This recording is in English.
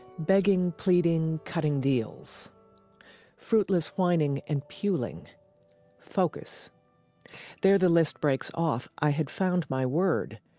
begging pleading cutting deals fruitless whining and puling focus there the list breaks off i had found my word.